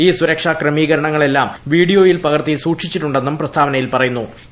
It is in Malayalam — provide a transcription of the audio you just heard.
ഈ സുരക്ഷാ ക്രമീകരണങ്ങളെല്ലാം വീഡിയോയിൽ പകർത്തി സൂക്ഷിച്ചിട്ടൂണ്ടെന്നൂം പ്രസ്താവനയിൽ പറയൂന്നൂ